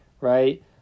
right